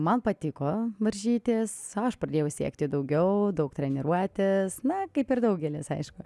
man patiko varžytis aš pradėjau siekti daugiau daug treniruotis na kaip ir daugelis aišku